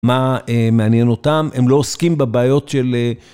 מה מעניין אותם, הם לא עוסקים בבעיות של...